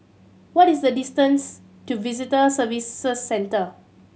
what is the distance to Visitor Services Centre